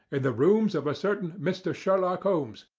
in the rooms of a certain mr. sherlock holmes,